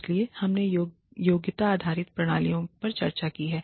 इसलिए हमने योग्यता आधारित प्रणालियों पर चर्चा की है